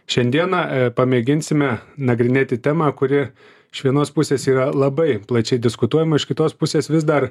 šiandieną pamėginsime nagrinėti temą kuri iš vienos pusės yra labai plačiai diskutuojama iš kitos pusės vis dar